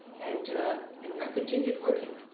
and ah and i continued working,